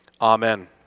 Amen